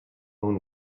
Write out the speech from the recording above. own